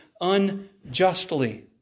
unjustly